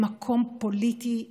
למקום פוליטי מחזק,